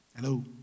Hello